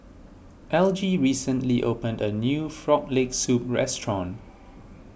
Elgie recently opened a new Frog Leg Soup restaurant